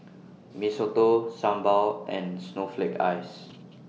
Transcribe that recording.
Mee Soto Sambal and Snowflake Ice